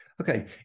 Okay